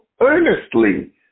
earnestly